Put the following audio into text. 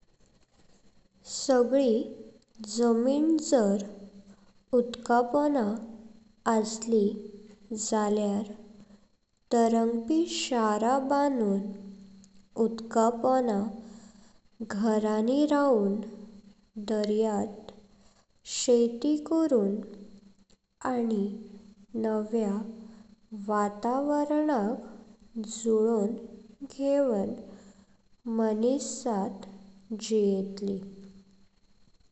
सगळी जमीन जर उदक पोनं आसली झालेय तरंगपी शारा बांनून, उदकापोनं घरांनी रावून, दर्यात शेती करून, आनी नव्या वातावरणाक जुळवून घेवून मानवजात जीवेतली।